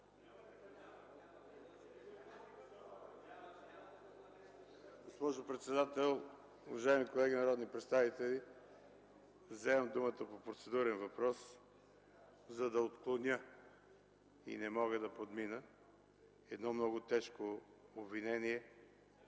Госпожо председател, уважаеми колеги народни представители! Вземам думата по процедурен въпрос, за да отклоня – не мога да подмина, едно много тежко обвинение